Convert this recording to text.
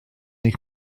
eich